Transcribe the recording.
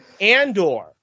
Andor